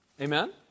Amen